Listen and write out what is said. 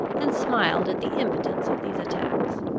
and smiled at the impotence of these attacks.